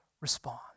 respond